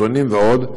סרטונים ועוד,